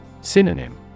Synonym